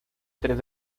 tres